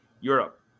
Europe